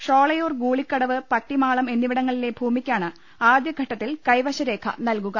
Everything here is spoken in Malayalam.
ഷോളയൂർഗൂളിക്കടവ്പട്ടിമാളം എന്നിവടങ്ങളിലെ ഭൂമിക്കാണ് ആദ്യഘട്ടത്തിൽ കൈവശ രേഖ നൽകുക